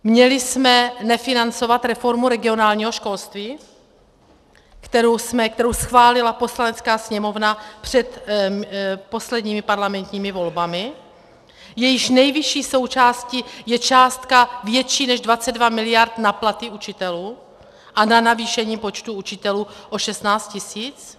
Měli jsme nefinancovat reformu regionálního školství, kterou schválila Poslanecká sněmovna před posledními parlamentními volbami, jejíž nejvyšší součástí je částka větší než 22 mld. na platy učitelů a na navýšení počtu učitelů o 16 tisíc?